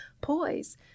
poise